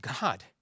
God